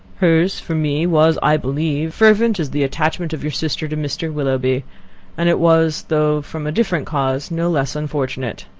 hers, for me, was, i believe, fervent as the attachment of your sister to mr. willoughby and it was, though from a different cause, no less unfortunate.